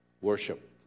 worship